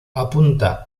apunta